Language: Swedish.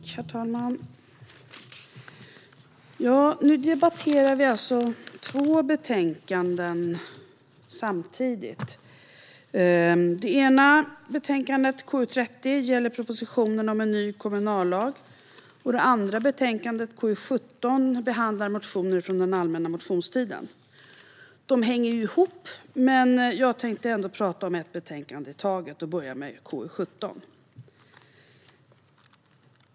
Herr talman! Vi debatterar alltså två betänkanden samtidigt. Det ena betänkandet, KU30, gäller propositionen om en ny kommunallag. Det andra betänkandet, KU17, behandlar motioner från den allmänna motionstiden. De hänger ihop, men jag tänkte ändå tala om ett betänkande i taget. Jag börjar med KU17.